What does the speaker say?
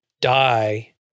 die